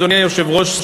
אדוני היושב-ראש,